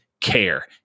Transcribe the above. care